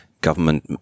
government